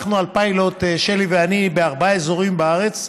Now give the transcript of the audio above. שלי ואני, בארבעה אזורים בארץ,